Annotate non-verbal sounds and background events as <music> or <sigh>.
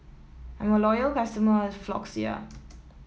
I'm a loyal customer of Floxia <noise>